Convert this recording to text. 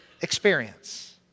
experience